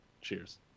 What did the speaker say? cheers